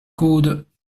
codes